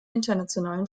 internationalen